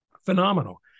phenomenal